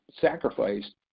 sacrificed